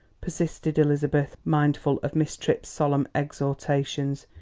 persisted elizabeth, mindful of miss tripp's solemn exhortations,